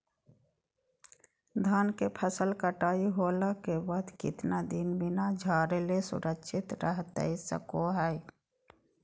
धान के फसल कटाई होला के बाद कितना दिन बिना झाड़ले सुरक्षित रहतई सको हय?